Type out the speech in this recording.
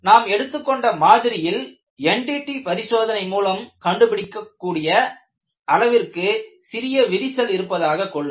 நாம் எடுத்துக்கொண்ட மாதிரியில் NDT பரிசோதனை மூலம் கண்டுபிடிக்கக் கூடிய அளவிற்கு சிறிய விரிசல் இருப்பதாக கொள்க